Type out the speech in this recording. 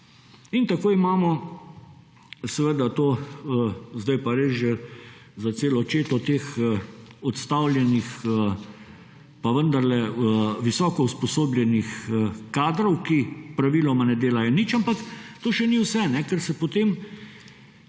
In tako imamo seveda to, zdaj pa res že za celo četo teh odstavljenih, pa vendarle visoko usposobljenih kadrov, ki praviloma ne delajo nič, ampak to še ni vse, ker se potem